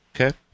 Okay